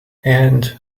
and